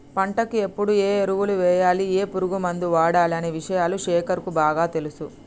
పంటకు ఎప్పుడు ఏ ఎరువులు వేయాలి ఏ పురుగు మందు వాడాలి అనే విషయాలు శేఖర్ కు బాగా తెలుసు